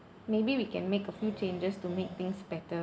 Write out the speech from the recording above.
maybe we can make a few changes to make things better